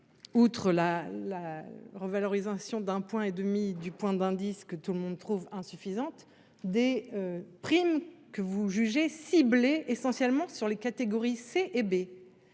Outre la la revalorisation d'un point et demi du point d'indice que tout le monde trouve insuffisante des. Primes, que vous jugez ciblés essentiellement sur les catégories C et B.